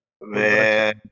Man